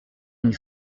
une